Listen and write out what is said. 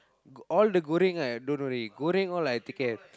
all the goreng right don't worry goreng all I take care